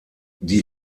die